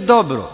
dobro